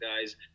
guys